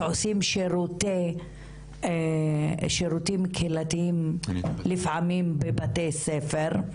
שעושים שירותים קהילתיים לפעמים בבתי הספר.